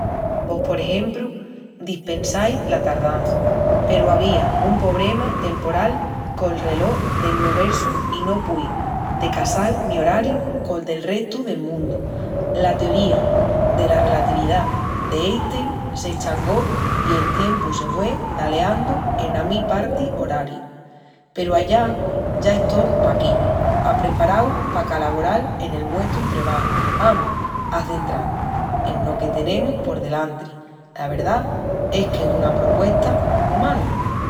Pos por exemrpu: "Dispensai la tardança, peru avía un pobrema temporal col relós del nuversu i no pui de casá'l mi orariu col del restu del mundu. La teoría dela relatividá d'Einstein s'e eschangó i el tiempu se hue daleandu ena mi parti oraria. Peru ara ya estó paquí, apreparau pa calavoral en el muestru trebaju. Amus a central-mus enos que tenemus por delantri". La verdá es qu'es una propuesta mu mala.